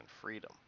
freedom